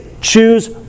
choose